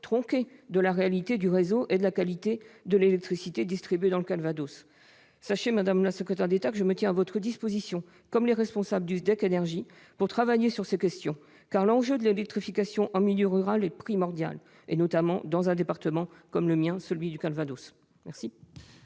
tronquée de la réalité du réseau et de la qualité de l'électricité distribuée dans le département. Sachez, madame la secrétaire d'État, que je me tiens à votre disposition, de même que les responsables du SDEC Énergie, pour travailler sur ces questions. L'électrification en milieu rural, notamment dans un département comme le mien, est un enjeu